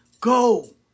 Go